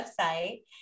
website